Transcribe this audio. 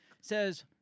says